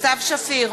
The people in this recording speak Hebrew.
סתיו שפיר,